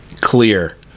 clear